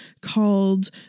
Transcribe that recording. called